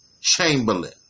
Chamberlain